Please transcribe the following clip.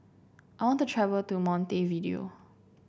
I want to travel to Montevideo